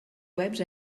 webs